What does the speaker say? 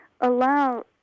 allow